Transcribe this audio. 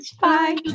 Bye